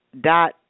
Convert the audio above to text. dot